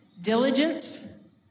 Diligence